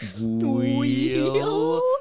Wheel